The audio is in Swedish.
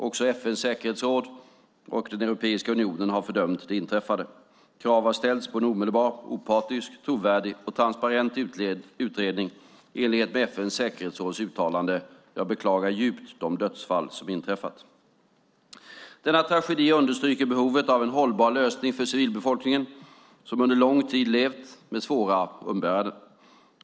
Också FN:s säkerhetsråd och Europeiska unionen har fördömt saken. Krav har ställts på en omedelbar, opartisk, trovärdig och transparent utredning i enlighet med FN:s säkerhetsråds uttalande. Jag beklagar djupt de dödsfall som inträffat. Denna tragedi understryker behovet av en hållbar lösning för civilbefolkningen som under lång tid levt med svåra umbäranden.